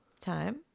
time